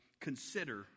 consider